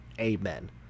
amen